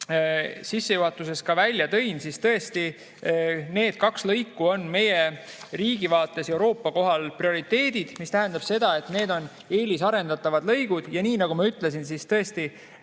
sissejuhatuses ka välja tõin, need kaks lõiku on meie riigi vaates Euroopa mõttes prioriteedid, mis tähendab seda, et need on eelisarendatavad lõigud. Nagu ma ütlesin, siis